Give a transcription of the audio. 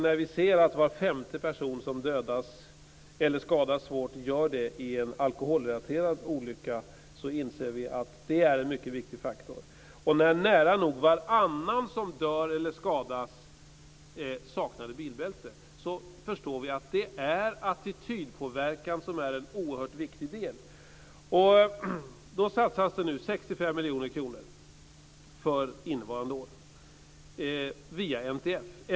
När var femte person som dödas eller skadas svårt gör det i en alkoholrelaterad olycka, inser vi att det är en mycket viktig faktor. När nära nog varannan som dör eller skadas saknar bilbälte, då förstår vi att attitydpåverkan är en oerhört viktig del. Det satsas nu 65 miljoner kronor för innevarande år via NTF.